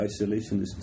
isolationist